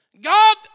God